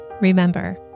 Remember